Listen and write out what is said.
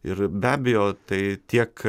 ir be abejo tai tiek